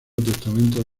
testamento